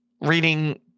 reading